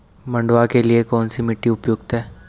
मंडुवा के लिए कौन सी मिट्टी उपयुक्त है?